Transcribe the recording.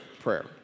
prayer